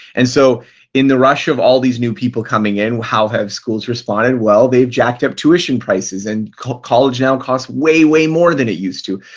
and so in the rush of all these new people coming in, how have schools responded? well, they've jacked up tuition prices and college now costs way, way more than it used to.